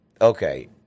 okay